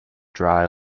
dry